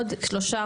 עוד שלושה,